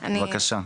הילד, בבקשה.